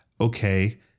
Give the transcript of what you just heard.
okay